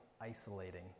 isolating